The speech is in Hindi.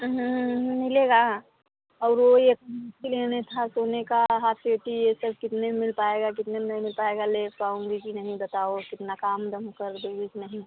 हम्म मिलेगा और वो एक लेने था सोने का हाफ सिटी ये सब कितने में मिल पाएगा कितने में नहीं मिल पाएगा ले पाऊँगी कि नहीं बताओ कितना काम दम कर दो कि नहीं